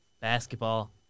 Basketball